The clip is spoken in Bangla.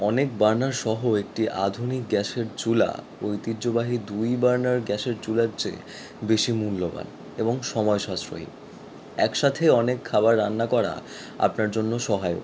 অনেক বার্নারসহ একটি আধুনিক গ্যাসের চুল্লি ঐতিহ্যবাহী দুই বার্নার গ্যাসের চুল্লির চেয়ে বেশি মূল্যবান এবং সময় সাশ্রয়ী একসাথে অনেক খাবার রান্না করা আপনার জন্য সহায়ক